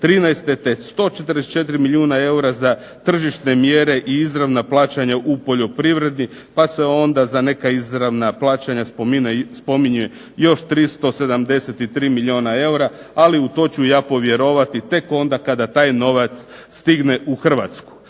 2013., te 144 milijuna eura za tržište mjere i izravna plaćanja u poljoprivredi, pa se onda za neka izravna plaćanja spominje još 373 milijuna eura, ali u to ću ja povjerovati tek onda kada taj novac stigne u Hrvatsku.